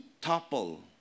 topple